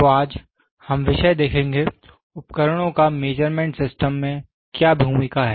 तो आज हम विषय देखेंगे उपकरणों का मेज़रमेंट सिस्टम में क्या भूमिका है